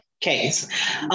case